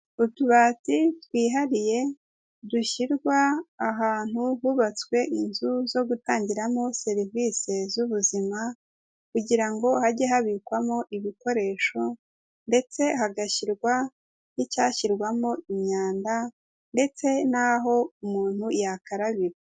Utubati twihariye dushyirwa ahantu hubatswe inzu zo gutangiramo serivisi z'ubuzima kugira ngo hajye habikwamo ibikoresho ndetse hagashyirwa n'icyashyirwamo imyanda ndetse n'aho umuntu yakarabira.